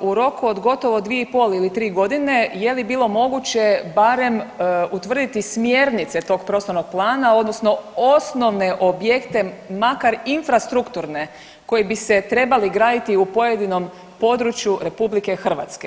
u roku od gotovo 2 i pol ili 3 godine je li bilo moguće barem utvrditi smjernice tog prostornog plana odnosno osnovne objekte makar infrastrukturne koji bi se trebali graditi u pojedinom području Republike Hrvatske?